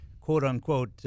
quote-unquote